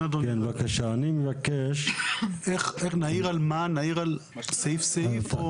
אתה מבקש שנעיר סעיף-סעיף?